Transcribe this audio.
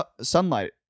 sunlight